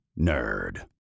nerd